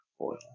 oil